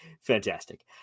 Fantastic